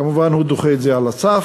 כמובן הוא דוחה את זה על הסף